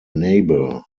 neighbour